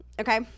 okay